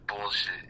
bullshit